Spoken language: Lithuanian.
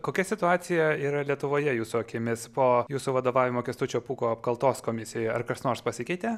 kokia situacija yra lietuvoje jūsų akimis po jūsų vadovaujamo kęstučio pūko apkaltos komisijai ar kas nors pasikeitė